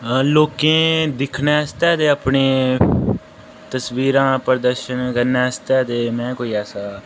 लोकें दिक्खने आस्तै ते अपने तस्वीरां प्रदर्शन करने आस्तै ते में कोई ऐसा